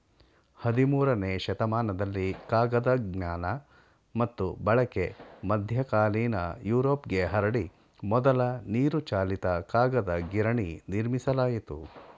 ಹದಿಮೂರನೇ ಶತಮಾನದಲ್ಲಿ ಕಾಗದ ಜ್ಞಾನ ಮತ್ತು ಬಳಕೆ ಮಧ್ಯಕಾಲೀನ ಯುರೋಪ್ಗೆ ಹರಡಿ ಮೊದಲ ನೀರುಚಾಲಿತ ಕಾಗದ ಗಿರಣಿ ನಿರ್ಮಿಸಲಾಯಿತು